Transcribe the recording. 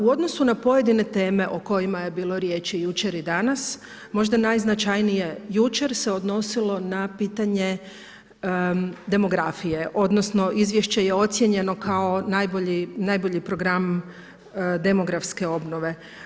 U odnosu na pojedine teme o kojima je bilo riječi jučer i danas, možda najznačajnije jučer se odnosilo na pitanje demografije odnosno izvješće je ocijenjeno kao najbolji program demografske ovnove.